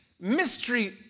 mystery